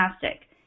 fantastic